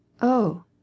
Oh